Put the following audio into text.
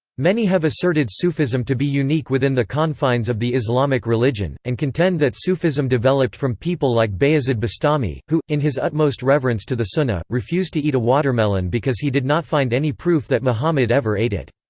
many have asserted sufism to be unique within the confines of the islamic religion, and contend that sufism developed from people like bayazid bastami, who, in his utmost reverence to the sunnah, refused to eat a watermelon because he did not find any proof that muhammad ever ate it.